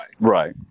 right